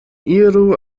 iru